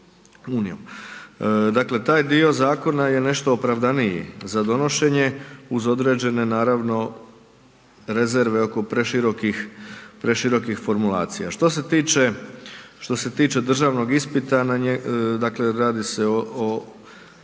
Dakle, taj dio Zakona je nešto opravdaniji za donošenje uz određene naravno rezerve oko preširokih, preširokih formulacija. Što se tiče, što se tiče državnog ispita, dakle radi